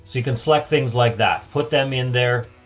you can select things like that, put them in there.